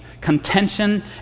Contention